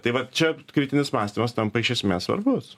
tai va čia kritinis mąstymas tampa iš esmės svarbus